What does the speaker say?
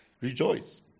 rejoice